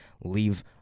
leave